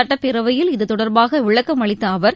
சுட்டப் பேரவையில் இதுதொடர்பாக விளக்கம் அளித்த அவர்